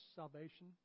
salvation